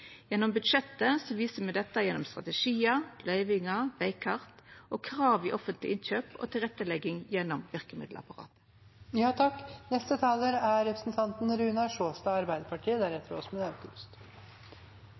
Gjennom budsjettet viser me dette gjennom strategiar, løyvingar, vegkart, krav i offentlege innkjøp og tilrettelegging gjennom